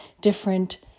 different